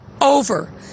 over